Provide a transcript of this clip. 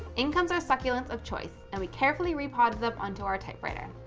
in comes our succulents of choice and we carefully reap odds up unto our typewriter.